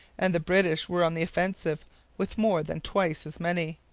and the british were on the offensive with more than twice as many.